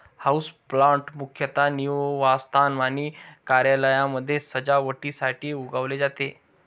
houseplant मुख्यतः निवासस्थान आणि कार्यालयांमध्ये सजावटीसाठी उगवले जाते